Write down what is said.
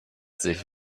sich